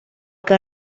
que